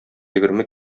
егерме